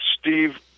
Steve